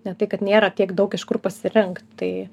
ne tai kad nėra tiek daug iš kur pasirinkt tai